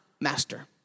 master